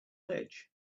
ledge